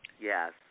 Yes